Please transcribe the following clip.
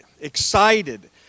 excited